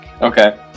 okay